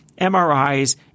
MRIs